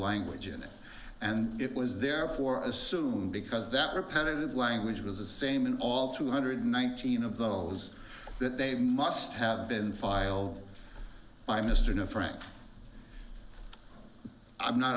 language in it and it was therefore assume because that repetitive language was the same in all two hundred nineteen of those that they must have been filed by mr no friends i'm not